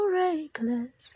reckless